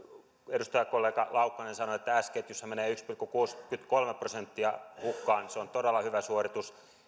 edustajakollega laukkanen sanoi että s ketjussa menee yksi pilkku kuusikymmentäkolme prosenttia hukkaan se on todella hyvä suoritus